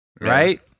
Right